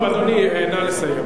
טוב, אדוני, נא לסיים.